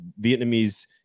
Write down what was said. Vietnamese